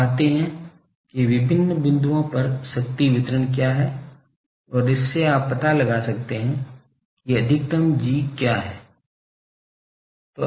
आप पाते हैं कि विभिन्न बिंदुओं पर शक्ति वितरण क्या है और इससे आप पता लगा सकते हैं कि अधिकतम G क्या है